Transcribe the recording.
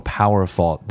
powerful